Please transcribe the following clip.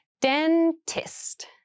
dentist